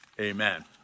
amen